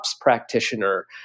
practitioner